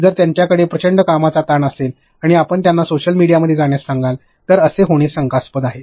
जर त्यांच्याकडे प्रचंड कामाचा ताण असेल आणि आपण त्यांना सोशल मीडियामध्ये जाण्यास सांगाल तर असे होणे शंकास्पद आहे